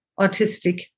autistic